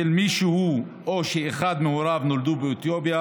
של מי שהוא או אחד מהוריו נולדו באתיופיה,